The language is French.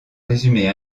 résumer